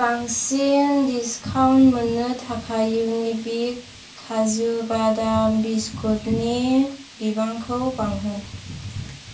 बांसिन डिसकाउन्ट मोन्नो थाखाय युनिबिक काजु बादाम बिस्कुटनि बिबांखौ बांहो